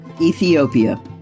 Ethiopia